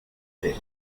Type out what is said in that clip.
ute